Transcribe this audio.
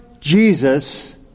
Jesus